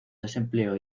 desempleo